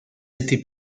été